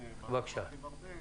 אני לא ארחיב הרבה.